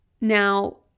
Now